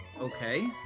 okay